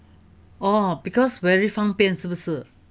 oh because very 方便是不是